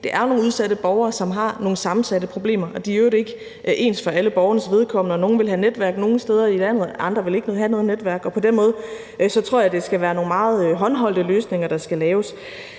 det er nogle udsatte borgere, som har nogle sammensatte problemer, og de er i øvrigt ikke ens for alle borgernes vedkommende. Nogle vil have netværk nogle steder i landet, andre vil ikke have noget netværk, og på den måde tror jeg det skal være nogle meget håndholdte løsninger, der skal laves.